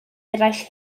eraill